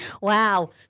Wow